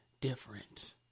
different